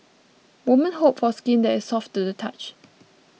woman hope for skin that is soft to the touch